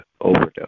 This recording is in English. overdose